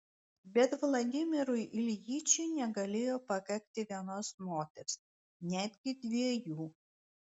bet vladimirui iljičiui negalėjo pakakti vienos moters netgi dviejų